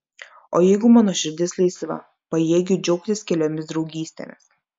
o jeigu mano širdis laisva pajėgiu džiaugtis keliomis draugystėmis